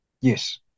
yes